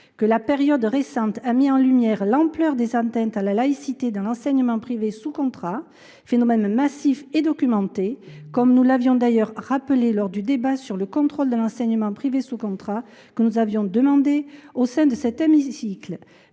que la période récente a mis en lumière l’ampleur des atteintes à la laïcité dans l’enseignement privé sous contrat, phénomène massif et documenté, comme nous l’avions d’ailleurs rappelé lors du débat sur les modalités de contrôle de l’État de l’enseignement privé sous contrat que nous avions demandé au sein de cet hémicycle.